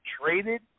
traded